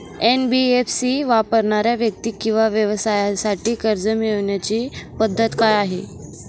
NBFC वापरणाऱ्या व्यक्ती किंवा व्यवसायांसाठी कर्ज मिळविण्याची पद्धत काय आहे?